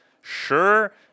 sure